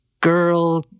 girl